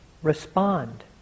Respond